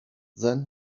then